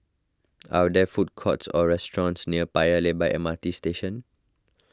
are there food courts or restaurants near Paya Lebar M R T Station